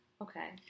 Okay